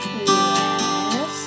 Yes